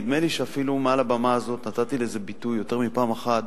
ונדמה לי שאפילו מעל הבמה הזאת נתתי לזה ביטוי יותר מפעם אחת,